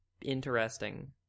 interesting